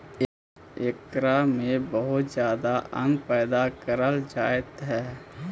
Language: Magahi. एकरा में बहुत ज्यादा अन्न पैदा कैल जा हइ